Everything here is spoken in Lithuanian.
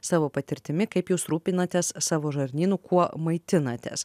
savo patirtimi kaip jūs rūpinatės savo žarnynu kuo maitinatės